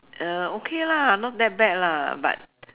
uh okay lah not that bad lah but